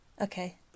Okay